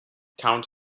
count